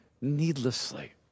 needlessly